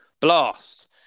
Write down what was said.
Blast